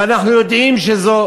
ואנחנו יודעים שזו